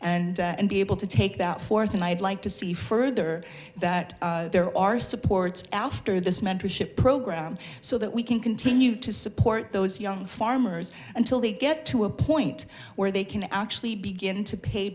leigh and be able to take that forth and i'd like to see further that there are supports after this mentorship program so that we can continue to support those young farmers until they get to a point where they can actually begin to pay